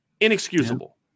Inexcusable